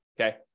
okay